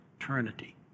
eternity